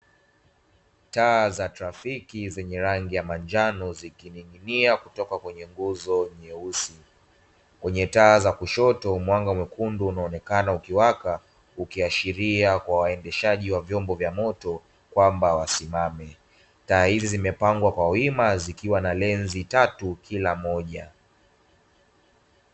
Taa za trafiki zenye rangi ya manjano zikining’inia kutoka kwenye nguzo nyeusi, kwenye taa za kushoto mwanga mwekundu unaonekana ukiwaka. Ukiashiria kwa waendeshaji wa vyombo vya moto kwamba wasimame, taa hizi zimepangwa kwa wima zikiwa na lenzi tatu kila moja.